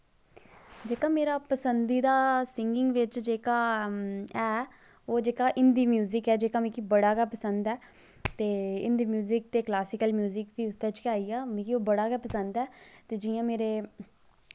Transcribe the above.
जेह्का मेरा पसंदीदा मेरा सिंगिंग बिच ऐ ओह् हिंदी म्यूजिक ऐ जेह्का मिगी बड़ा गै पसंद ऐ ते हिंदी म्यूजिक ते क्लासिकल म्यूजिक बी इसदे बिच गै आई गेआ ऐ ते मिगी एह् बड़ा गै पसंद ऐ जियां मेरे